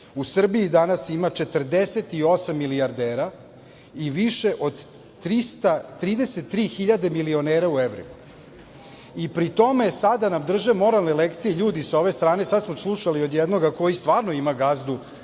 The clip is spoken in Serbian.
u Srbiji danas ima 48 milijardera i 33 hiljade milionera u evrima, i pri tome, sada nam drže moralne lekcije ljudi sa ove strane. Sada smo slušali od jednoga koji stvarno ima gazdu,